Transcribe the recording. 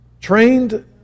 trained